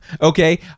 Okay